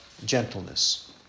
gentleness